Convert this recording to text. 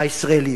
הישראליות.